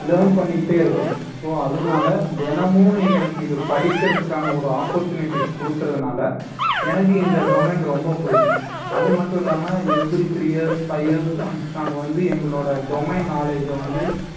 learn பண்ணிக்கிட்டே இருக்கணும் so அதனால தினமும் எனக்கு இது படிக்கிறதுக்கான ஒரு ஆப்பர்ச்சுனேட்டிஸ் கொடுக்கறதுனால எனக்கு இந்த டொமைன் ரொம்ப பிடிக்கும் அது மட்டும் இல்லாமல் every three years five years once நாங்கள் வந்து எங்களோடய டொமைன் நாலேஜை வந்து